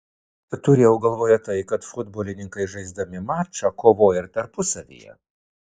turėjau galvoje tai kad futbolininkai žaisdami mačą kovoja ir tarpusavyje